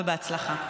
ובהצלחה.